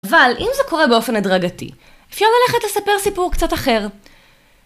אבל, אם זה קורה באופן הדרגתי, אפילו אני הולכת לספר סיפור קצת אחר.